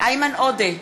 איימן עודה,